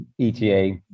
ETA